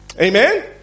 Amen